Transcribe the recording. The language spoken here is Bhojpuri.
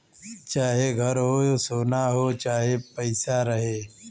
चाहे घर हो, सोना हो चाहे पइसा रहे